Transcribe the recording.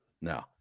No